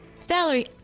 Valerie